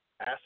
Ask